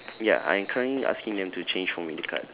ya I am currently asking them to change for me the cards